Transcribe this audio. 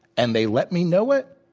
and they let me know it.